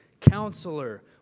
Counselor